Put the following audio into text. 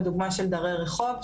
בדוגמא של דרי רחוב,